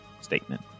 statement